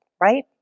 right